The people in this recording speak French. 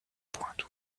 pointe